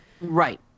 Right